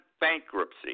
bankruptcy